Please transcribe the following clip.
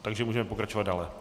Takže můžeme pokračovat dále.